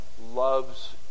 loves